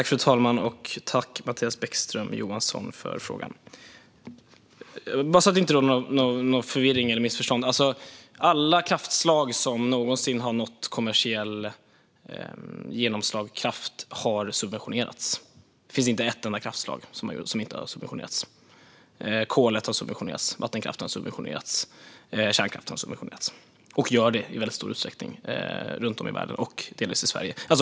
Fru talman! Jag tackar Mattias Bäckström Johansson för frågan. För att det inte ska råda någon förvirring eller bli något missförstånd: Alla kraftslag som någonsin har nått kommersiell genomslagskraft har subventionerats. Det finns inte ett enda kraftslag som inte har subventionerats. Kolet har subventionerats, vattenkraften har subventionerats och kärnkraften har subventionerats, och gör det i mycket stor utsträckning runt om i världen och delvis i Sverige.